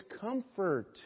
comfort